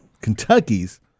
Kentucky's